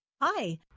Hi